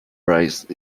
rice